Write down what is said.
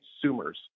consumers